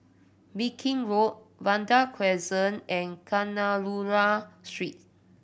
Viking Road Vanda Crescent and Kadayanallur Street